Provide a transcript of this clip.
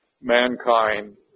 mankind